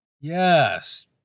Yes